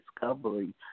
discovery